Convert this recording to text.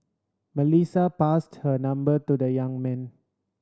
Melissa passed her number to the young man